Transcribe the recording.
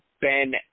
Ben